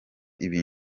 ibi